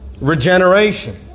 regeneration